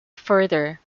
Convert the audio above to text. further